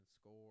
score